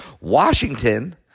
Washington